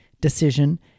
decision